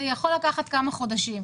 זה יכול לקחת כמה חודשים.